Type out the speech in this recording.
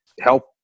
help